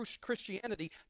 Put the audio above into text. Christianity